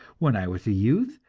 when i was a youth,